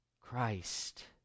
Christ